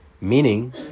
Meaning